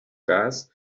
gas